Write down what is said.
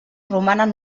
romanen